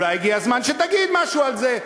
אולי הגיע הזמן שתגיד משהו על זה,